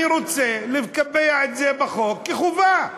אני רוצה לקבע את זה בחוק כחובה.